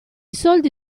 soldi